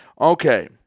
Okay